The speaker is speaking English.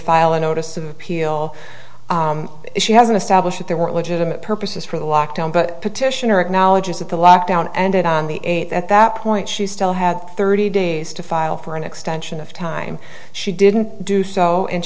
file a notice of appeal she hasn't established that there were legitimate purposes for the lockdown but petitioner acknowledges that the lockdown ended on the eighth at that point she still had thirty days to file for an extension of time she didn't do so and